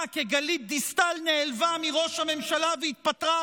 גלית דיסטל נעלבה מראש הממשלה והתפטרה,